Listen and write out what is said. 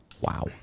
Wow